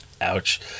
Ouch